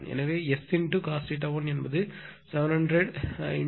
எனவே S × cos θ1 என்பது 700 × 0